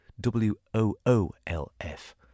W-O-O-L-F